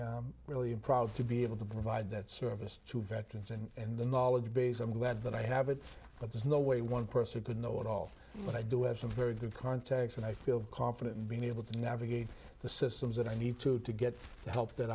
i really am proud to be able to provide that service to veterans and the knowledge base i'm glad that i have it but there's no way one person could know it all but i do have some very good contacts and i feel confident in being able to navigate the systems that i need to to get the help that